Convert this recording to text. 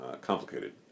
complicated